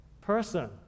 person